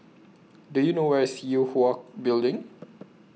Do YOU know Where IS Yue Hwa Building